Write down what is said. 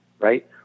right